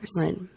Right